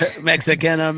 mexican